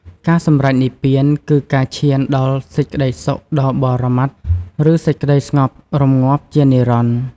ការសម្រេចនិព្វាន គឺការឈានដល់សេចក្តីសុខដ៏បរមត្ថ ឬសេចក្តីស្ងប់រម្ងាប់ជានិរន្តរ៍។